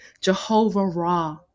Jehovah-Ra